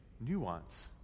nuance